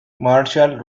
marshall